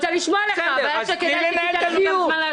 אני רוצה לשמוע לך אבל --- מה המסקנה?